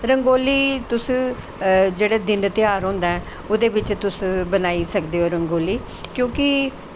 रंगोली तुस जिसलै दिन तेहार होंदा ऐ ओह्दे बिच्च तुस बनाई सकदे ओ रंगोली क्योंकि